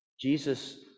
Jesus